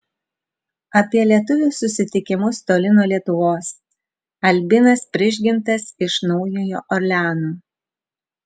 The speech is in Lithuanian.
apie lietuvių susitikimus toli nuo lietuvos albinas prižgintas iš naujojo orleano